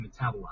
metabolize